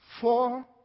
Four